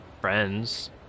friends